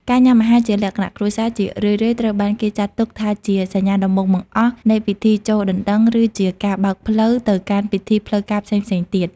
ការញ៉ាំអាហារជាលក្ខណៈគ្រួសារ ជារឿយៗត្រូវបានគេចាត់ទុកថាជាសញ្ញាដំបូងបង្អស់នៃពិធីចូលដណ្ដឹង ឬជាការបើកផ្លូវទៅកាន់ពិធីផ្លូវការផ្សេងៗទៀត។